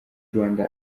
rwanda